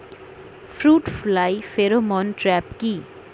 Fruit fly pheromone trap কি?